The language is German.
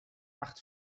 acht